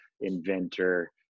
inventor